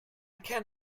can